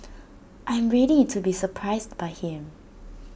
I am ready to be surprised by him